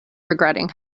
regretting